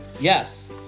Yes